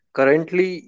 Currently